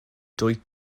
dwyt